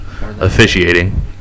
officiating